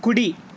కుడి